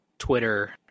twitter